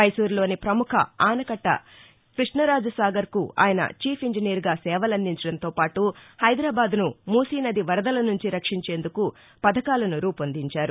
మైసూరులోని ప్రముఖ ఆనకట్ట కృష్ణరాజ సాగర్కు ఆయన చీఫ్ ఇంజినీరుగా సేవలందించడంతో పాటు హైదరాబాద్ను మూసీనది వరదల నుంచి రక్షించేందుకు పథకాలను రూపొందించారు